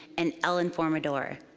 and el informador.